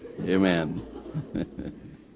Amen